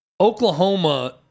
Oklahoma